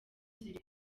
ziri